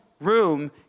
room